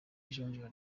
ijonjora